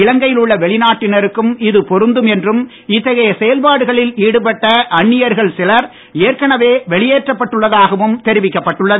இலங்கையில் உள்ள வெளிநாட்டினருக்கும் இது பொருந்தம் என்றும் இத்தகைய செயல்பாடுகளில் ஈடுபட்ட அன்னியர்கள் சிலர் ஏற்கனவே வெளியேற்றப்பட்டுள்ளதாகவும் தெரிவிக்கப்பட்டுள்ளது